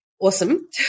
awesome